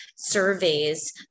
surveys